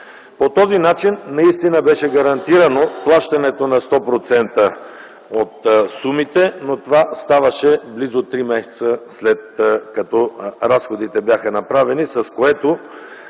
По този начин наистина беше гарантирано плащането на 100 процента от сумите, но това ставаше близо три месеца след като разходите бяха направени, с което